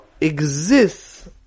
exists